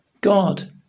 God